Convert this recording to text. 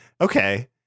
Okay